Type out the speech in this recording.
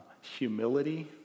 humility